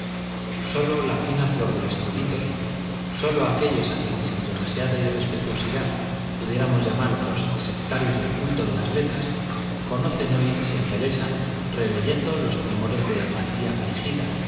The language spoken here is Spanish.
sólo la fina flor de los eruditos sólo aquellos á quienes sin demasiada irrespe tuosidad pudiéramos llamar los sectarios del culto de las letras conocen hoy y se embelesan releyendo los primores de la tía fingida